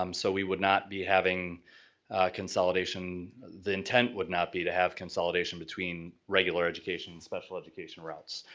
um so we would not be having consolidation. the intent would not be to have consolidation between regular education and special education routes.